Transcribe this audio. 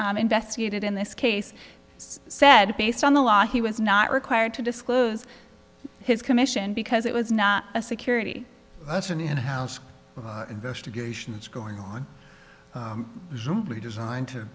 investigated in this case said based on the law he was not required to disclose his commission because it was not a security that's an in house investigation that's going on designed to